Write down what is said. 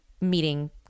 meeting